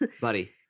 buddy